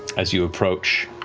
as you approach,